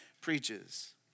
preaches